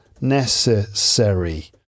necessary